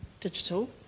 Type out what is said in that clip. digital